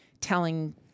telling